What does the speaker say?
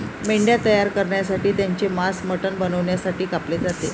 मेंढ्या तयार करण्यासाठी त्यांचे मांस मटण बनवण्यासाठी कापले जाते